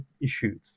issues